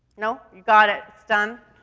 no? you got it, it's done?